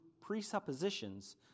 presuppositions